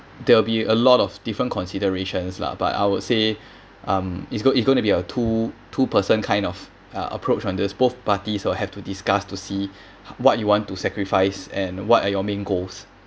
there will be a lot of different considerations lah but I would say um it's gonna it's gonna be a two two person kind of uh approach on this both parties will have to discuss to see what you want to sacrifice and what are your main goals